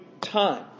time